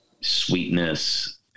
sweetness